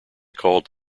called